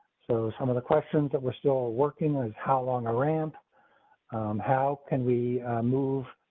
so, some of the questions that we're still working is how long a ramp how can we move.